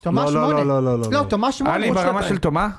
לא, לא, לא, לא. אני ברמה של תומה.